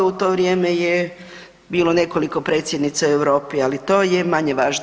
U to vrijeme je bilo nekoliko predsjednica u Europi, ali to je manje važno.